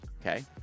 Okay